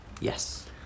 Yes